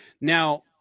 Now